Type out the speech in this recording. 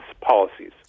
policies